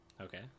Okay